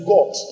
God